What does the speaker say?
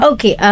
Okay